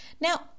Now